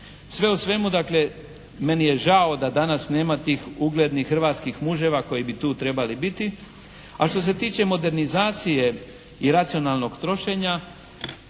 Sve u svemu, dakle meni je žao da danas nema tih uglednih hrvatskih muževa koji bi tu trebali biti, a što se tiče modernizacije i racionalnog trošenja